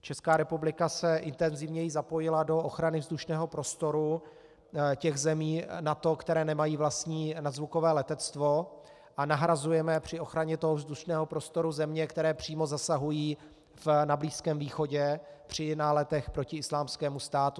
Česká republika se intenzivněji zapojila do ochrany vzdušného prostoru těch zemí NATO, které nemají vlastní nadzvukové letectvo, a nahrazujeme při ochraně vzdušného prostoru země, které přímo zasahují na Blízkém východě při náletech proti Islámskému státu.